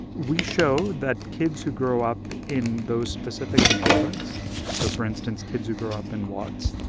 we showed that kids who grow up in those specific neighborhoods so, for instance, kids who grow up in watts,